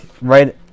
right